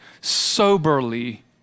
soberly